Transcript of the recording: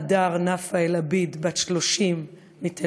אמנה דאר נאפע אלעביד, בת 30, מתל-אביב,